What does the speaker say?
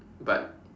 but